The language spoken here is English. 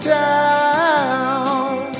town